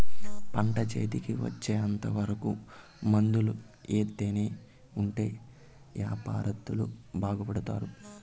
పంట చేతికి వచ్చేంత వరకు మందులు ఎత్తానే ఉంటే యాపారత్తులు బాగుపడుతారు